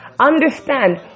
understand